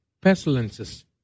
pestilences